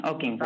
Okay